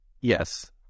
yes